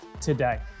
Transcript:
today